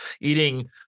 eating